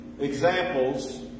examples